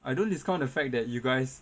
I don't discount the fact that you guys